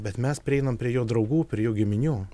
bet mes prieinam prie jo draugų prie jo giminių